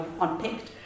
unpicked